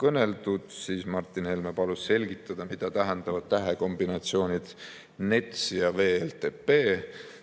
kõneldud. Siis palus Martin Helme selgitada, mida tähendavad tähekombinatsioonid NEDC ja WLTP.